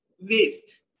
waste